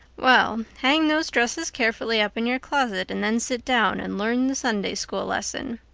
well, hang those dresses carefully up in your closet, and then sit down and learn the sunday school lesson.